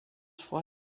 vor